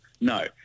No